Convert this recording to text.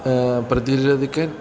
പ്രതിരോധിക്കാൻ